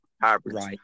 hybrids